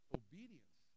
obedience